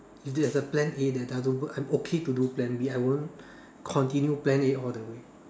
if there's a plan A then I don't go I'm okay to do plan B I won't continue plan A all the way